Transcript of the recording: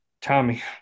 Tommy